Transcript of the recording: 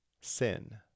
sin